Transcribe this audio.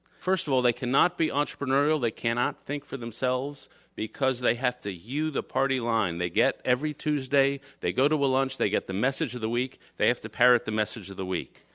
first of all, they cannot be entrepreneurial. they cannot think for themselves because they have to hew the party line. they get every tuesday. they go to a lunch. they get the message of the week. they have to parrot the message of the week.